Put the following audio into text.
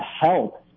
help